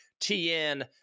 TN